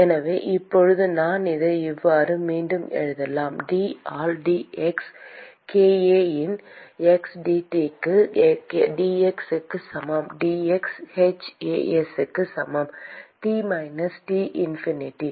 எனவே இப்போது நான் இதை இவ்வாறு மீண்டும் எழுதலாம் d ஆல் dx k A இன் x dT க்கு dx சமம் dx h A s க்கு சமம் T மைனஸ் T இன்ஃபினிட்டி